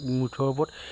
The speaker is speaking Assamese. মুঠৰ ওপৰত